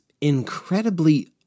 incredibly